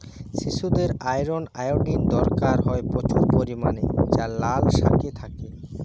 শিশুদের iron, iodine দরকার হয় প্রচুর পরিমাণে যা লাল শাকে থাকে